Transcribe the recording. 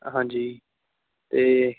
ਹਾਂਜੀ ਅਤੇ